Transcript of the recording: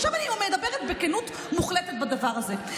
עכשיו אני מדברת בכנות מוחלטת על הדבר הזה.